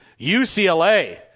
UCLA